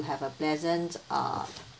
have a pleasant uh